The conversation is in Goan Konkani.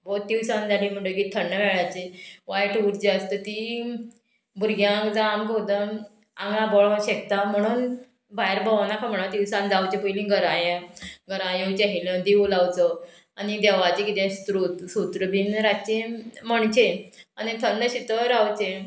तिनसांज जाली म्हणटकीर थंड वेळाची वायट उर्जा आसता ती भुरग्यांक जावं आमकां सुद्दां आंगाक बळों शकता म्हणून भायर भोंवो नाका म्हणोन तिनसांज जावचे पयलीं घरां ये घरा येवन जे दिवो लावचो आनी देवाचें किदें स्त्रोत सूत्र बीन रातचें म्हणचें आनी थंड शितळ रावचें